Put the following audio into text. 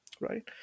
right